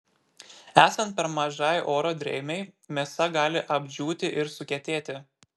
esant per mažai oro drėgmei mėsa gali apdžiūti ir sukietėti